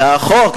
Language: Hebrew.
את החוק,